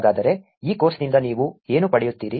ಹಾಗಾದರೆ ಈ ಕೋರ್ಸ್ನಿಂದ ನೀವು ಏನು ಪಡೆಯುತ್ತೀರಿ